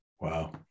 Wow